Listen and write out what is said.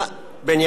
בנימין פרנקלין.